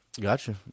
Gotcha